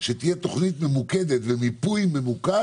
שתהיה תוכנית ממוקדת ומיפוי ממוקד